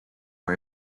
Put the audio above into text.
are